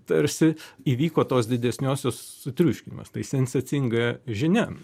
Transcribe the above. tarsi įvyko tos didesniosios sutriuškinimas tai sensacinga žinia